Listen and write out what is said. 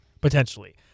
potentially